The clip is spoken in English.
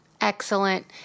Excellent